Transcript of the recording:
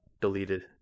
Deleted